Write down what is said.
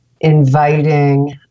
inviting